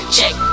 Check